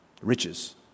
riches